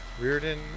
Reardon